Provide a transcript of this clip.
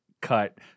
cut